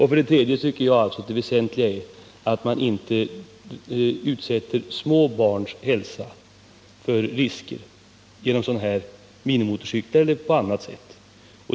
För det tredje tycker jag att det väsentliga är att man utsätter små barns hälsa för risker, genom minimotorcyklar eller på annat sätt.